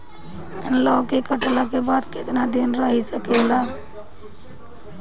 लौकी कटले के बाद केतना दिन रही सकेला?